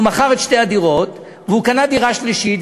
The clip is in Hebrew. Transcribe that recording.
והוא מכר את שתי הדירות וקנה דירה שלישית,